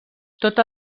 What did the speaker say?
tota